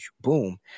boom